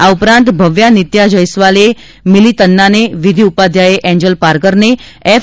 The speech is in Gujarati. આ ઉપરાંત ભવ્યા નિત્યા જયસ્વાલે મીલી તન્નાને વિધિ ઉપાધ્યાયે એન્જલ પાર્કરને એફ